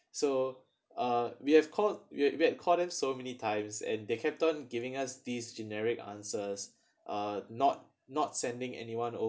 so uh we have called we we have called them so many times and they kept on giving us these generic answers uh not not sending anyone